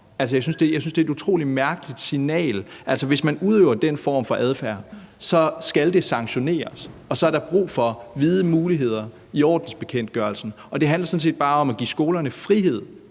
Jeg synes, at det er et utrolig mærkeligt signal at sende. Hvis man udøver den form for adfærd, skal det sanktioneres, og så er der brug for vide muligheder i ordensbekendtgørelsen. Det handler sådan set bare om at give skolerne frihed